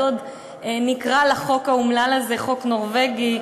אז עוד נקרא לחוק האומלל הזה "חוק נורבגי"